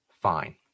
fine